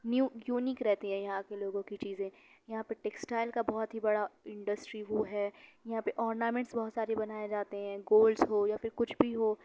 new unique رہتی ہیں یہاں کے لوگوں کی چیزیں یہاں پر ٹیکسٹائل کا بہت ہی بڑا انڈسٹری وہ ہے یہاں اورنامینٹس بہت سارے بنائے جاتے ہیں گولڈس ہو یا پھر کچھ بھی ہو